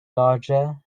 larger